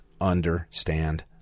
understand